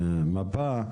במפה,